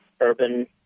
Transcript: urban